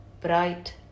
bright